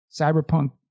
cyberpunk